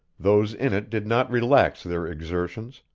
those in it did not relax their exertions,